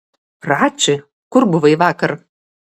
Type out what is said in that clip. rači kur buvai vakar